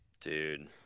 Dude